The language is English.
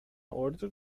order